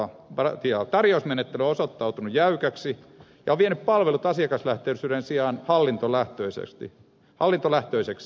tarjousmenettely on osoittautunut jäykäksi ja on vienyt palvelut asiakaslähtöisyyden sijaan hallintolähtöisiksi